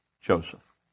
Joseph